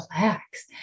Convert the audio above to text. relax